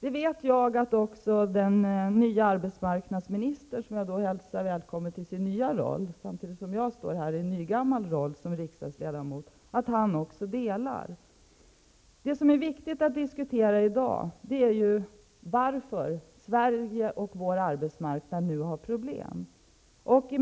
Nu vet jag att också den nye arbetsmarknadsministern, som jag hälsar välkommen till sin nya roll -- medan jag står här i en nygammal roll som riksdagsledamot -- delar den uppfattningen. Det som är viktigt att diskutera i dag är ju varför Sverige och vår arbetsmarknad nu har problem.